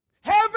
Heaven